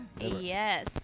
Yes